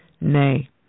Nay